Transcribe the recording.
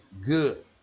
good